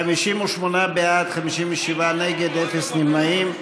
58 בעד, 57 נגד, אפס נמנעים.